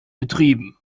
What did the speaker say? betrieben